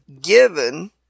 given